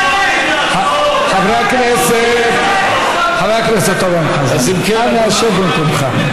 חבר הכנסת אורן חזן, אנא שב במקומך.